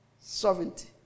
sovereignty